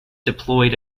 deployed